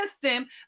system